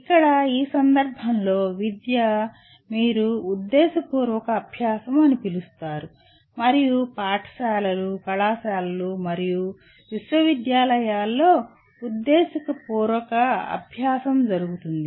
ఇక్కడ ఈ సందర్భంలో విద్య మీరు ఉద్దేశపూర్వక అభ్యాసం అని పిలుస్తారు మరియు పాఠశాలలు కళాశాలలు మరియు విశ్వవిద్యాలయాలలో ఉద్దేశపూర్వక అభ్యాసం జరుగుతుంది